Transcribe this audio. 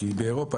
כי באירופה,